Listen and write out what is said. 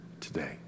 today